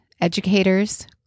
Educators